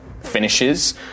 finishes